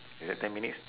is that ten minutes